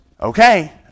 okay